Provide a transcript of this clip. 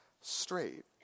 straight